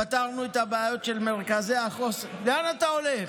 פתרנו את הבעיות של מרכזי החוסן, לאן אתה הולך?